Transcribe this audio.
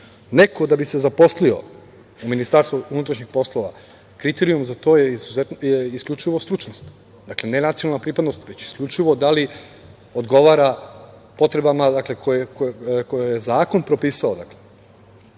Neko da bi se zaposlio u Ministarstvu unutrašnjih poslova, kriterijum za to je isključivo stručnost, dakle, ne nacionalna pripadnost, već isključivo da li odgovara potrebama koje je zakon propisao. Sama